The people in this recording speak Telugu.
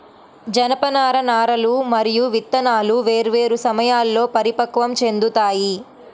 జనపనార నారలు మరియు విత్తనాలు వేర్వేరు సమయాల్లో పరిపక్వం చెందుతాయి